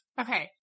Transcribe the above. Okay